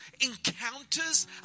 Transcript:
encounters